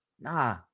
Nah